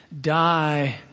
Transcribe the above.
die